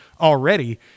already